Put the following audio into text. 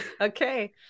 Okay